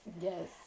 yes